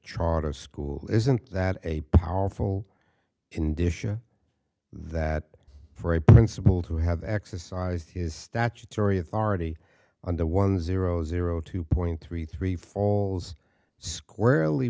charter school isn't that a powerful in disha that for a principal to have exercised his statutory authority under one zero zero two point three three falls squarely